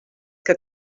que